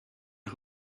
one